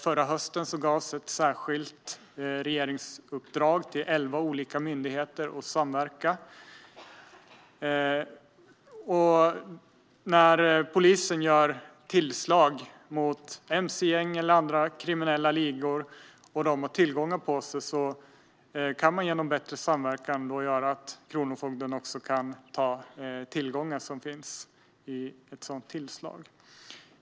Förra hösten gavs ett särskilt regeringsuppdrag om samverkan till elva olika myndigheter. När polisen gör tillslag mot mc-gäng eller andra kriminella ligor och dessa har tillgångar på sig kan bättre samverkan göra att kronofogden kan ta tillgångarna vid tillslaget.